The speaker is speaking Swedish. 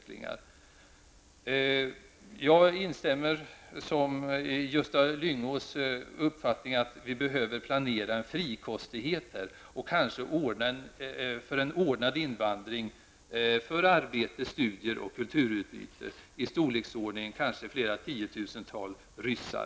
Jag har samma uppfattning som Gösta Lyngå, nämligen att vi behöver planera för en frikostighet här. Kanske måste vi alltså planera för en ordnad invandring avseende arbete, studier och kulturutbyte. Det kan, som sagt, vara fråga om en invandring i storleksordningen flera tiotusental ryssar.